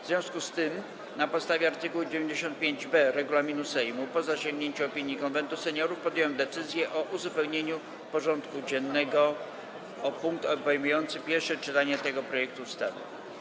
W związku z tym na podstawie art. 95b regulaminu Sejmu, po zasięgnięciu opinii Konwentu Seniorów, podjąłem decyzję o uzupełnieniu porządku dziennego o punkt obejmujący pierwsze czytanie tego projektu ustawy.